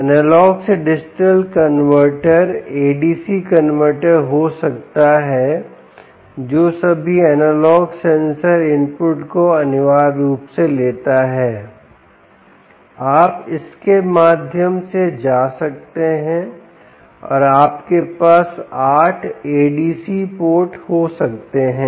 analogue से digital converter ADC converter हो सकता है जो सभी एनालॉग सेंसर इनपुट को अनिवार्य रूप से लेता है आप इसके माध्यम से जा सकते हैं आपके पास 8 ADC पोर्ट हो सकते हैं